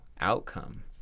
outcome